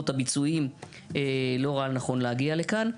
הביצועיים לא ראה לנכון להגיע לכאן.